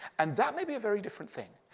and that may be a very different thing.